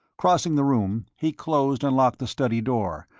crossing the room, he closed and locked the study door,